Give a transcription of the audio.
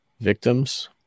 victims